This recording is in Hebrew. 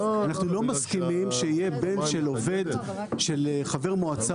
אנחנו לא מסכימים שיהיה בן של עובד של חבר מועצה